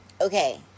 Okay